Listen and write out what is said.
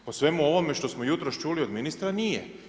Po svemu ovome što smo jutros čuli od ministra, nije.